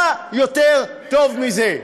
מה יותר טוב מזה?